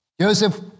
Joseph